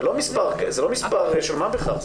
זה לא מספר של מה בכך.